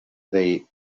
they